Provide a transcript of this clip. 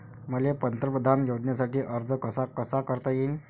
मले पंतप्रधान योजनेसाठी अर्ज कसा कसा करता येईन?